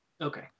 Okay